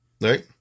right